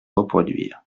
reproduire